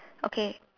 okay